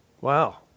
Wow